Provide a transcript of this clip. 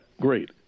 great